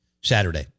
Saturday